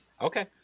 Okay